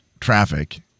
traffic